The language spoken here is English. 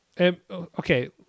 Okay